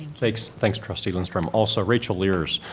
thanks. thanks, trustee lindstrom. also, rachel lierz,